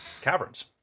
caverns